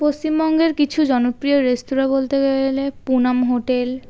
পশ্চিমবঙ্গের কিছু জনপ্রিয় রেস্তোরাঁ বলতে গেলে পুনাম হোটেল